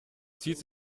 zieht